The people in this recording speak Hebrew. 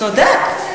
צודק.